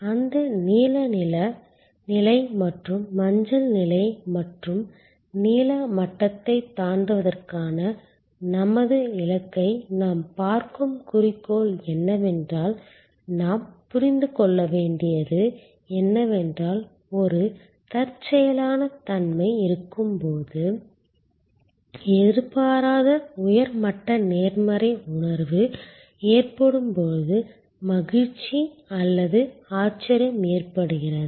அந்த நீல நிலை மற்றும் மஞ்சள் நிலை மற்றும் நீல மட்டத்தை தாண்டுவதற்கான நமது இலக்கை நாம் பார்க்கும் குறிக்கோள் என்னவென்றால் நாம் புரிந்து கொள்ள வேண்டியது என்னவென்றால் ஒரு தற்செயலான தன்மை இருக்கும்போது எதிர்பாராத உயர் மட்ட நேர்மறை உணர்வு ஏற்படும் போது மகிழ்ச்சி அல்லது ஆச்சரியம் ஏற்படுகிறது